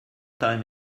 time